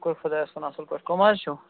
شُکُر خۄدایَس کُن اَصٕل پٲٹھۍ کٕم حظ چھُو